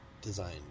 design